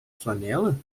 flanela